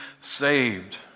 saved